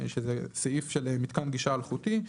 שזה סעיף של מתקן גישה אלחוטי,